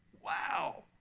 Wow